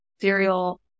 serial